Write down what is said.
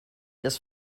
this